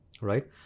Right